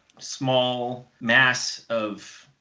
small mass of.